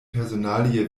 personalie